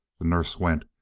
the nurse went,